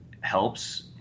helps